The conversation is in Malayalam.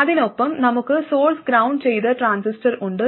അതിനൊപ്പം നമുക്ക് സോഴ്സ് ഗ്രൌണ്ട് ചെയ്ത ട്രാൻസിസ്റ്റർ ഉണ്ട്